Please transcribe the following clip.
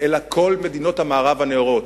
אלא כל מדינות המערב הנאורות,